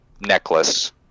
necklace